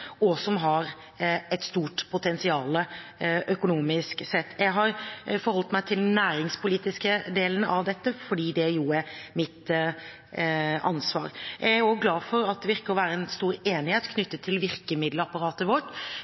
næring som både kan bidra til å løse viktige miljøproblemer og har et stort potensial økonomisk sett. Jeg har forholdt meg til den næringspolitiske delen av dette fordi det jo er mitt ansvar. Jeg er glad for at det virker å være en stor enighet knyttet til virkemiddelapparatet vårt.